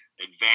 advance